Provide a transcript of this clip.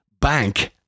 bank